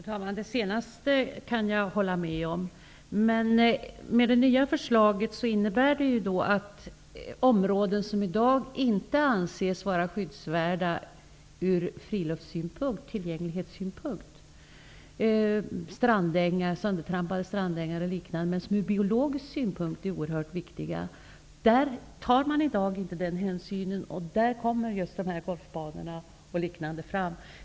Herr talman! Det senaste kan jag hålla med om. Men det nya förslaget framhåller ju att områden som i dag inte anses vara skyddsvärda ur friluftssynpunkt eller tillgänglighetssynpunkt -- söndertrampade strandängar och liknande -- ur biologisk synpunkt är oerhört viktiga. I dag tar man inte den hänsynen. Där kommer just golfbanorna och liknande fram.